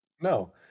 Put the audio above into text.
No